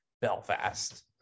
Belfast